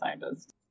scientists